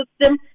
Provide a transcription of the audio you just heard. system